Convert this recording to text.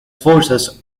forces